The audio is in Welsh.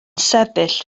sefyll